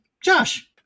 Josh